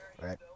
right